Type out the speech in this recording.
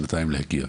שנתיים להגיע.